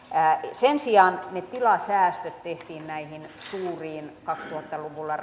sen sijaan ne tilasäästöt tehtiin näihin suuriin kaksituhatta luvulla